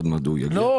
עוד מעט הוא יגיע.